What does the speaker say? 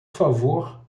favor